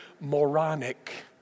Moronic